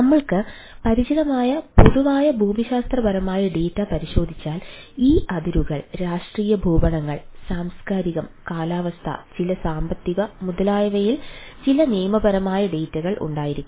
നമ്മൾക്ക് പരിചിതമായ പൊതുവായ ഭൂമിശാസ്ത്രപരമായ ഡാറ്റകൾ ഉണ്ടായിരിക്കാം